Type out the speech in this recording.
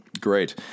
Great